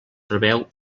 preveu